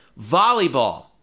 Volleyball